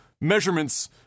measurements